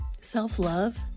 Self-love